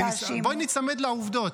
בואי ניצמד לעובדות.